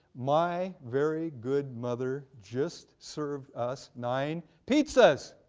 my very good mother just served us nine pizzas.